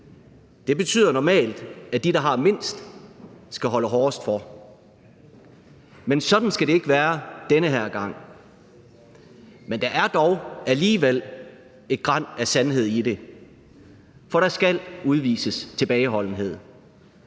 Det betyder normalt, at de, der har mindst, skal holde hårdest for. Men sådan skal det ikke være den her gang. Men der er dog alligevel et gran af sandhed i det, for der skal udvises tilbageholdenhed.